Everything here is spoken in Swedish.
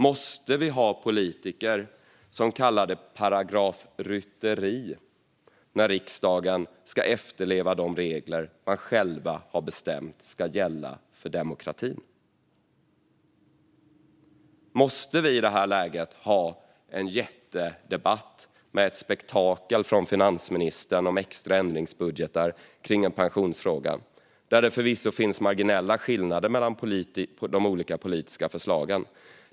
Måste vi ha politiker som kallar det paragrafrytteri när riksdagen ska efterleva de regler som man själv har bestämt ska gälla för demokratin? Måste vi i detta läge ha en jättedebatt med ett spektakel från finansministern om extra ändringsbudgetar kring pensionsfrågan, där det förvisso finns marginella skillnader mellan de olika politiska förslagen?